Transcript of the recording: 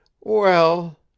Well